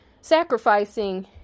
sacrificing